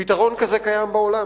פתרון כזה קיים בעולם,